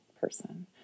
person